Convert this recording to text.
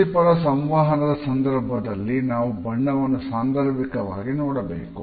ವೃತ್ತಿ ಪರ ಸಂವಹನದ ಸಂಧರ್ಭದಲ್ಲಿ ನಾವು ಬಣ್ಣವನ್ನು ಸಾಂದರ್ಭಿಕವಾಗಿ ನೋಡಬೇಕು